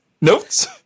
Notes